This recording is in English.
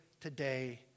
today